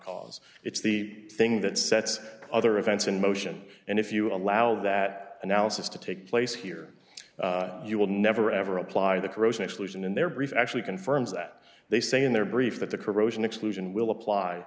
cause it's the thing that sets other events in motion and if you allow that analysis to take place here you will never ever apply the corrosion actually in their brief actually confirms that they say in their brief that the corrosion exclusion will apply